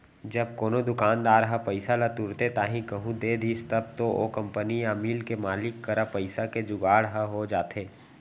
जब कोनो दुकानदार ह पइसा ल तुरते ताही कहूँ दे दिस तब तो ओ कंपनी या मील के मालिक करा पइसा के जुगाड़ ह हो जाथे